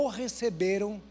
receberam